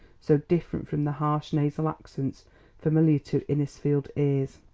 so different from the harsh nasal accents familiar to innisfield ears.